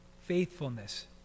faithfulness